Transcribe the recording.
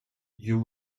you